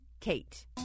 KATE